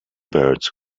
birds